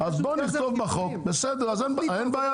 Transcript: אז אין מה לעשות.